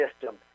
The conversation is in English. system